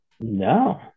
No